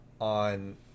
on